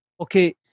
okay